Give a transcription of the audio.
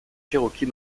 cherokees